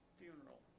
funeral